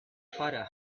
father